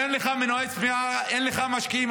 אין לך מנועי צמיחה, אין לך משקיעים.